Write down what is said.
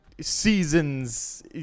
Seasons